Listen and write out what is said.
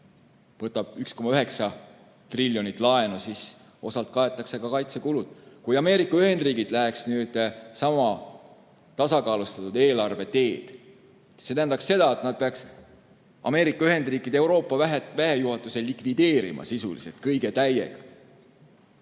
võtab 1,9 triljonit laenu ja osalt kaetakse sellest ka kaitsekulud. Kui Ameerika Ühendriigid läheks samamoodi tasakaalustatud eelarve teed, siis see tähendaks seda, et nad peaksid Ameerika Ühendriikide Euroopa väejuhatuse likvideerima sisuliselt kõige täiega.